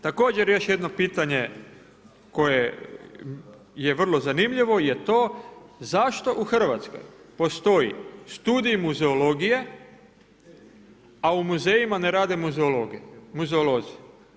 Također još jedno pitanje, koje je vrlo zanimljivo, je to, zašto u Hrvatskoj postoji studij muzejologije, a u muzejima ne rade muzeolozi.